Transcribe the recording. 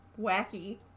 wacky